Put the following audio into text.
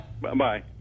Bye-bye